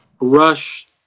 Rush